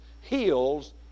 heals